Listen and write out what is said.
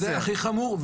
זה הכי חמור.